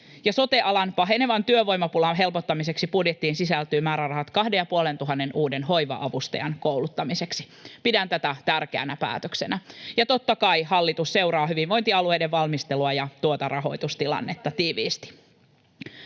sote-alan pahenevan työvoimapulan helpottamiseksi budjettiin sisältyy määrärahat 2 500 uuden hoiva-avustajan kouluttamiseksi. Pidän tätä tärkeänä päätöksenä. Ja totta kai hallitus seuraa hyvinvointialueiden valmistelua ja tuota rahoitustilannetta tiiviisti.